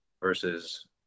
versus